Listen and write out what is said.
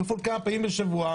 כפול כמה פעמים בשבוע.